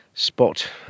spot